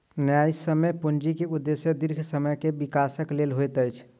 न्यायसम्य पूंजी के उदेश्य दीर्घ समय के विकासक लेल होइत अछि